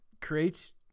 creates